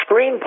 Screenplay